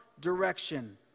direction